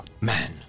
Man